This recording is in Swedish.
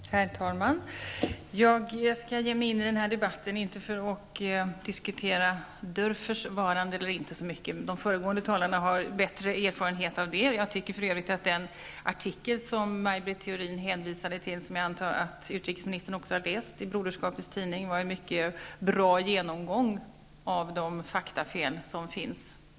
Herr talman! Jag skall inte ge mig in i debatten för att diskutera Dörfers varande eller inte. De föregående talarna har mer erfarenhet av honom. För övrigt anser jag att den artikel som Maj Britt Theorin hänvisade till i broderskapets tidning och som jag antar att också utrikesministern har läst var en mycket bra genomgång av de faktafel som föreligger.